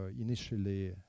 initially